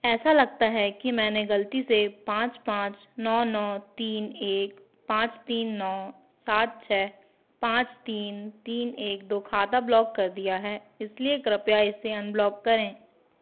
ऐसा लगता है कि मैंने गलती से पाँच पाँच नौ नौ तीन एक पाँच तीन नौ सात छ पाँच तीन तीन एक दो खाता ब्लॉक कर दिया है इसलिए कृपया इसे अनब्लॉक करें